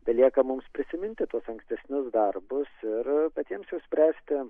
belieka mums prisiminti tuos ankstesnius darbus ir patiems jau spręsti